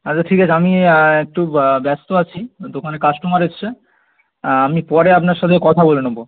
আচ্ছা ঠিক আছে আমি একটু ব্যস্ত আছি দোকানে কাস্টমার এসেছে আমি পরে আপনার সাথে কথা বলে নেব